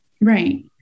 Right